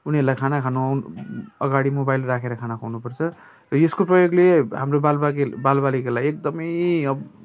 उनीहरूलाई खाना खानु अघाडि मोबाइल राखेर खाना खुवाउनु पर्छ र यसको प्रयोगले हाम्रो बाल बालिकालाई एकदम